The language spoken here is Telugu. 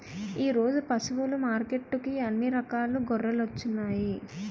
ఈరోజు పశువులు మార్కెట్టుకి అన్ని రకాల గొర్రెలొచ్చినాయ్